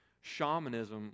shamanism